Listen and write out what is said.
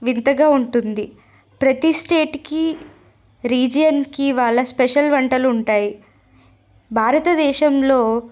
వింతగా ఉంటుంది ప్రతి స్టేట్కి రీజియన్కి వాళ్ళ స్పెషల్ వంటలు ఉంటాయి భారతదేశంలో